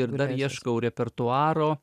ir dar ieškau repertuaro